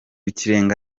ikirenga